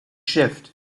shift